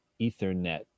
Ethernet